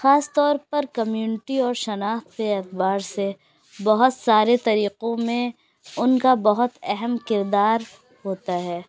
خاص طور پر کمیونٹی اور شناخت کے اعتبار سے بہت سارے طریقوں میں ان کا بہت اہم کردار ہوتا ہے